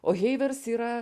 o heivers yra